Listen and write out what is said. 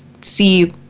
see